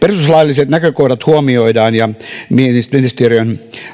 perustuslailliset näkökohdat huomioidaan ja